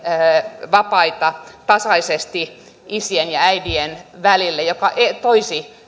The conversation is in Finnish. perhevapaita tasaisesti isien ja äitien välillä mikä toisi